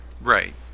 Right